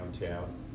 downtown